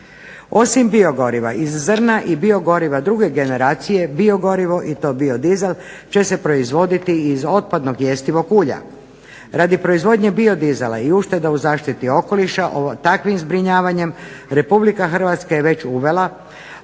Osim biogoriva iz zrna i biogoriva druge generacije biogorivo i to biodizel će se proizvoditi iz otpadnog jestivog ulja. Radi proizvodnje biodizela i ušteda u zaštiti okoliša takvim zbrinjavanjem Republika Hrvatska je već uvela